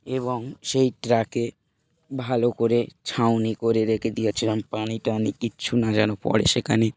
এবং সেই ট্রাকে ভালো করে ছাউনি করে রেখে দিয়েছিলাম পানি টানি কিচ্ছু না যেন পরে সেখানে